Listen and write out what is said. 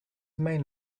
main